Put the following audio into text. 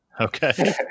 Okay